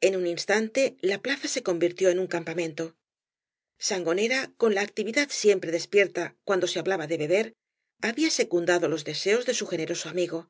en un instante la plaza se convirtió en un campamentó sangonera con la actividad siempre despierta cuando be hablaba de beber había secundado los deseos de su generoso amigo